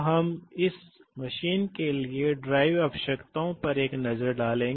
हालांकि डिजाइन में रचनात्मक अंतर हो सकते हैं